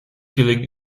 gelingt